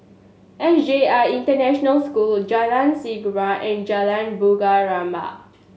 S J I International School Jalan Serengam and Jalan Bunga Rampai